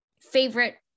favorite